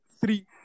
three